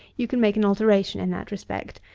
you can make an alteration in that respect,